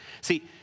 See